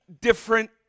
different